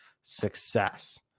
success